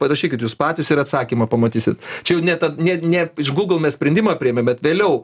parašykit jūs patys ir atsakymą pamatysit čia jau ne ta ne ne iš google mes sprendimą priėmėm bet vėliau